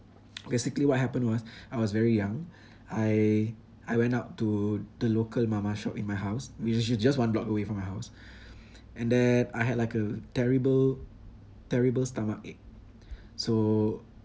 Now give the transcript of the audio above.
basically what happened was I was very young I I went out to the local mama shop in my house which is actually just one block away from my house and then I had like a terrible terrible stomachache so